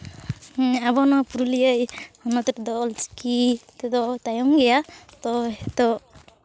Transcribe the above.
ᱦᱮᱸ ᱟᱵᱚ ᱱᱚᱣᱟ ᱯᱩᱨᱩᱞᱤᱭᱟᱹ ᱦᱚᱱᱚᱛ ᱨᱮᱫᱚ ᱚᱞᱪᱤᱠᱤ ᱛᱮᱫᱚ ᱛᱟᱭᱚᱢ ᱜᱮᱭᱟ ᱛᱳ ᱱᱤᱛᱚᱜ